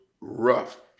rough